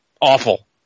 awful